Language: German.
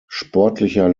sportlicher